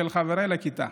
של חבריי לכיתה.